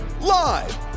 live